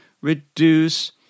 reduce